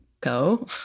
go